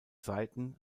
seiten